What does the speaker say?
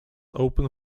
open